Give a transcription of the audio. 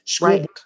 Right